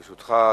ברשותך,